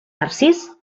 narcís